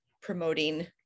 promoting